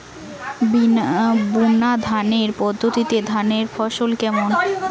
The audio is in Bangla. বুনাধানের পদ্ধতিতে ধানের ফলন কেমন?